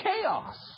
chaos